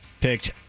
picked